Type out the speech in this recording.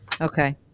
Okay